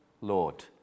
Lord